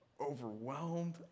overwhelmed